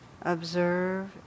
observe